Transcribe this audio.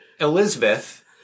Elizabeth